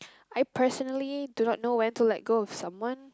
I personally do not know when to let go of someone